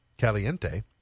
caliente